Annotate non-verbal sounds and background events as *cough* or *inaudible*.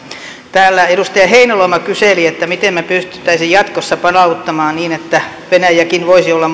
täällä edustaja heinäluoma kyseli miten me pystyisimme jatkossa palauttamaan toiminnan niin että venäjäkin voisi olla *unintelligible*